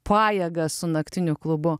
pajėgas su naktiniu klubu